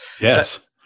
yes